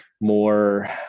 more